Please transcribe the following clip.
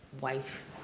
wife